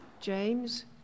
James